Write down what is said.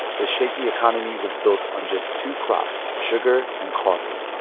the shaky economy was built on just two crops sugar and coffee.